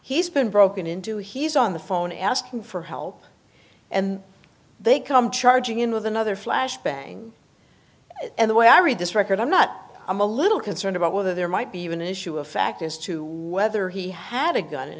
he's been broken into he's on the phone asking for help and they come charging in with another flash bang and the way i read this record i'm not i'm a little concerned about whether there might be even an issue of fact as to whether he had a gun in